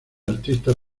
artistas